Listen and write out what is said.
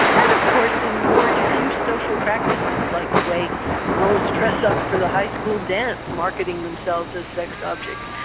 and of course in more diffuse social practices, like the way girls dress up for the high school dance, marketing themselves as sex objects.